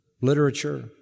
literature